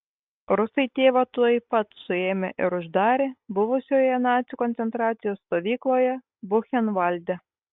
rusai tėvą tuoj pat suėmė ir uždarė buvusioje nacių koncentracijos stovykloje buchenvalde